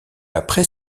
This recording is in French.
après